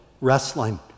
wrestling